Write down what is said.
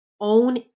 own